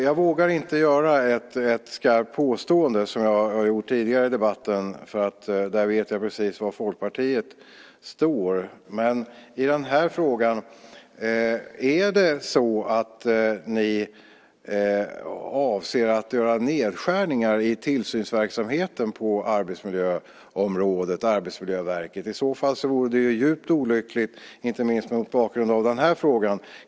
Jag vågar inte göra ett skarpt påstående, som jag har gjort tidigare i debatten eftersom jag där vet precis var Folkpartiet står. I den här frågan: Är det så att ni avser att göra nedskärningar i tillsynsverksamheten på arbetsmiljöområdet, i Arbetsmiljöverket? Det vore ju i så fall djupt olyckligt, inte minst mot bakgrund av den här frågan.